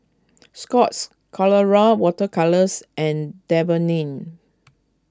Scott's Colora Water Colours and Dermaveen